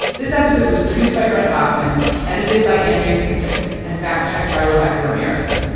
this episode was produced by brent baughman, edited by andrea kissack and fact-checked by rebecca ramirez.